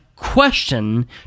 Question